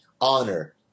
honor